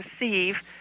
receive